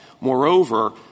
Moreover